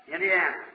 Indiana